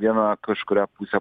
vieną kažkurią pusę